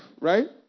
Right